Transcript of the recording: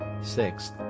Sixth